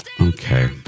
Okay